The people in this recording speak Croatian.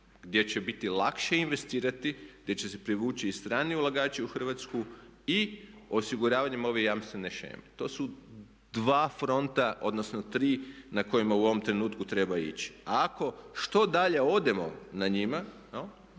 gdje će biti lakše investirati, gdje će se privući i strani ulagači u Hrvatsku i osiguravanjem ove jamstvene sheme. To su dva fronta, odnosno tri na kojima u ovom trenutku treba ići. A ako što dalje odemo na njima